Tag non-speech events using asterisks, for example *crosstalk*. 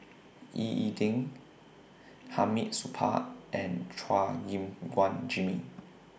Ying E Ding *noise* Hamid Supaat and Chua Gim Guan Jimmy